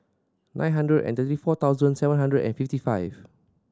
nine three four seven five five